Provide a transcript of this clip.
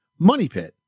MONEYPIT